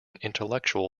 intellectual